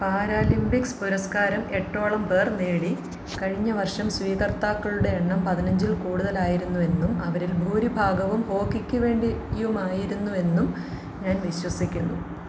Paralympics പുരസ്കാരം എട്ടോളം പേർ നേടി കഴിഞ്ഞ വർഷം സ്വീകർത്താക്കളുടെ എണ്ണം പതിനഞ്ചിൽ കൂടുതലായിരുന്നുവെന്നും അവരിൽ ഭൂരിഭാഗവും ഹോക്കിക്ക് വേണ്ടിയുമായിരുന്നു എന്നും ഞാൻ വിശ്വസിക്കുന്നു